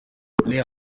les